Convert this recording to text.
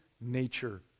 nature